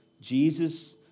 Jesus